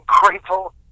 grateful